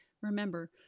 Remember